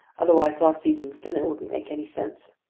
otherwise last evening's dinner wouldn't make any sense.